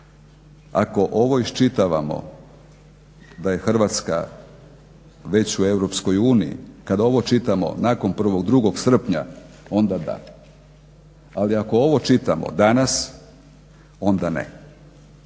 Ako ovo iščitavamo da je Hrvatska već u EU, kada ovo čitamo nakon 2. srpnja onda da, ali ako ovo čitamo danas onda ne.